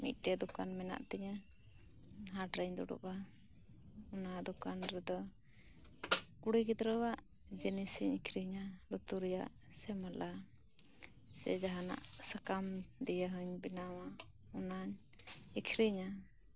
ᱢᱤᱜᱴᱮᱱ ᱫᱚᱠᱟᱱ ᱢᱮᱱᱟᱜ ᱛᱤᱧᱟ ᱦᱟᱴ ᱨᱮᱧ ᱫᱩᱲᱩᱵᱼᱟ ᱚᱱᱟ ᱫᱚᱠᱟᱱ ᱨᱮᱫᱚ ᱠᱩᱲᱤ ᱜᱤᱫᱽᱨᱟᱹᱣᱟᱜ ᱡᱤᱱᱤᱥᱤᱧ ᱟᱠᱷᱨᱤᱧᱟ ᱞᱩᱛᱩᱨ ᱨᱮᱭᱟᱜ ᱥᱮ ᱢᱟᱞᱟ ᱥᱮ ᱡᱟᱦᱟᱸᱱᱟᱜ ᱥᱟᱠᱟᱢ ᱫᱤᱭᱮ ᱦᱚᱸᱧ ᱵᱮᱱᱟᱣᱟ ᱚᱱᱟᱧ ᱟᱠᱷᱨᱤᱧᱟ